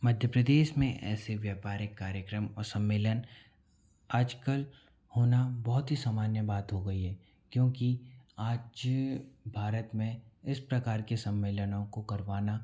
मध्य प्रदेस में ऐसे व्यापारिक कार्यक्रम और सम्मेलन आज कल होना बहुत ही सामान्य बात हो गई है क्योंकि आज भारत में इस प्रकार के सम्मेलनों को करवाना